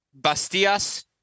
Bastias